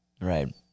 Right